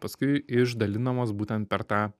paskui išdalinamos būtent per tą